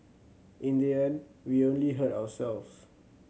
in the end we only hurt ourselves